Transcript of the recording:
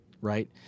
right